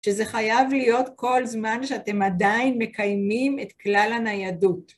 שזה חייב להיות כל זמן שאתם עדיין מקיימים את כלל הניידות.